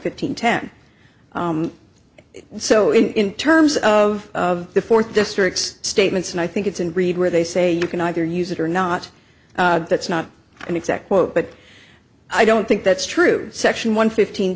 fifteen ten so in terms of the fourth district's statements and i think it's an read where they say you can either use it or not that's not an exact quote but i don't think that's true section one fifteen